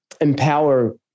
empower